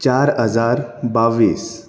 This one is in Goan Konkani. चार हजार बावीस